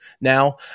now